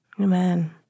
Amen